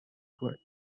work